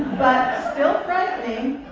but still frightening,